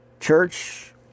church